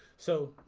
so